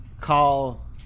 call